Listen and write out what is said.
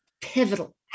pivotal